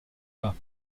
pas